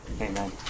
Amen